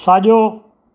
साॼो